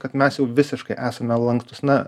kad mes jau visiškai esame lanktūs na